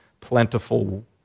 plentiful